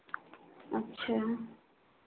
अच्छा